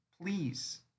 please